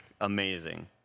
amazing